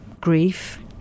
grief